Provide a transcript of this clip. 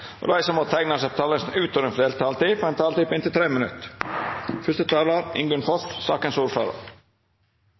og dei som måtte teikna seg på talarlista utover den fordelte taletida, får ei taletid på inntil 3 minutt.